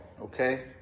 Okay